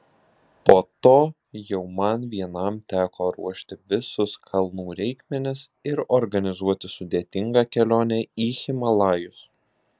po to jau man vienam teko ruošti visus kalnų reikmenis ir organizuoti sudėtingą kelionę į himalajus